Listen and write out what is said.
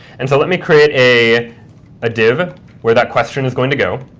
and so let me create a ah div where that question is going to go.